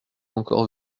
encore